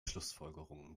schlussfolgerungen